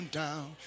down